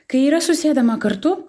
kai yra susėdama kartu